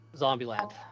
Zombieland